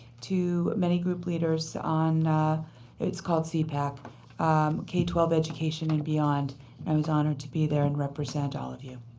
to many group leaders on it's called cpac, k twelve education and beyond. and i was honored to be there and represent all of you.